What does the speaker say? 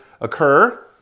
occur